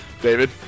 David